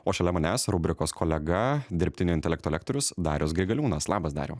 o šalia manęs rubrikos kolega dirbtinio intelekto lektorius darius grigaliūnas labas dariau